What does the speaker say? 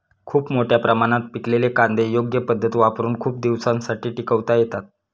खूप मोठ्या प्रमाणात पिकलेले कांदे योग्य पद्धत वापरुन खूप दिवसांसाठी टिकवता येतात